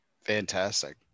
Fantastic